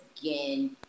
again